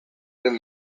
den